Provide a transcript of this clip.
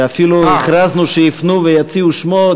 ואפילו הכרזנו שיפנו ויציעו שמות,